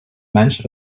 менш